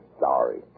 sorry